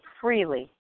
freely